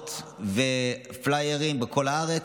מודעות ופליירים בכל הארץ.